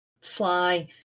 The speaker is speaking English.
fly